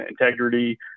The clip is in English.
integrity